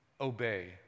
obey